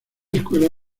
escuela